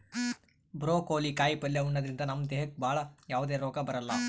broccoli ಕಾಯಿಪಲ್ಯ ಉಣದ್ರಿಂದ ನಮ್ ದೇಹಕ್ಕ್ ಭಾಳ್ ಯಾವದೇ ರೋಗ್ ಬರಲ್ಲಾ